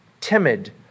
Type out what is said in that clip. Timid